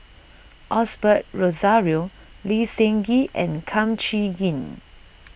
Osbert Rozario Lee Seng Gee and Kum Chee Kin